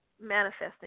manifesting